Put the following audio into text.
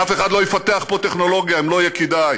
אף אחד לא יפתח פה טכנולוגיה אם לא יהיה כדאי.